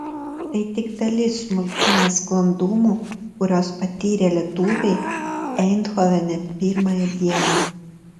tai tik dalis smulkių nesklandumų kuriuos patyrė lietuviai eindhovene pirmąją dieną